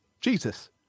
Jesus